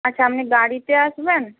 আচ্ছা আপনি গাড়িতে আসবেন